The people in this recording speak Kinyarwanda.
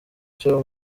cyo